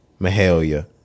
Mahalia